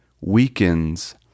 weakens